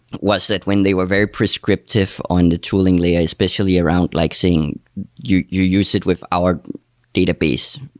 was that when they were very prescriptive on the tooling layer, especially around like saying you you use it with our database,